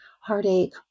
heartache